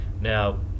Now